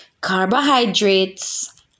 carbohydrates